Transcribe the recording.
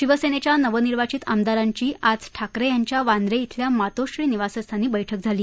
शिवसेनेच्या नवनिर्वाचित आमदारांची आज ठाकरे यांच्या वांद्र शिल्या मातोश्री निवासस्थानी बैठक झाली